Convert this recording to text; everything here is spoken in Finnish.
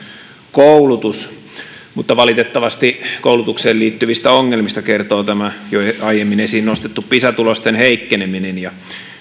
koulutus mutta valitettavasti koulutukseen liittyvistä ongelmista kertoo tämä jo aiemmin esiin nostettu pisa tulosten heikkeneminen ja